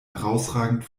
herausragend